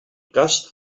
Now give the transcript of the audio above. cas